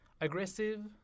aggressive